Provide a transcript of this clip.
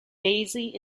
daisy